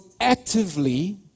actively